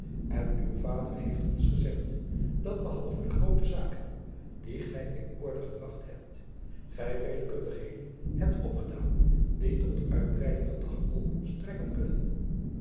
n uw vader heeft ons gezegd dat behalve de groote zaak die gij in orde gebragt hebt gij vele kundigheden hebt opgedaan die tot uitbreiding van den handel strekken kunnen